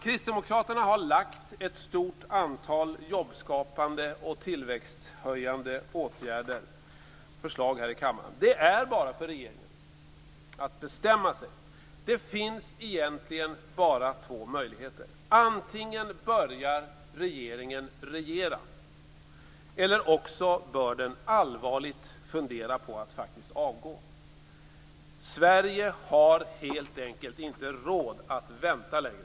Kristdemokraterna har lagt fram ett stort antal förslag till jobbskapande och tillväxthöjande åtgärder här i kammaren. Det är bara för regeringen att bestämma sig. Det finns egentligen bara två möjligheter. Antingen börjar regeringen regera eller så bör den allvarligt fundera på att faktiskt avgå. Sverige har helt enkelt inte råd att vänta längre.